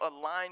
align